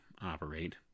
operate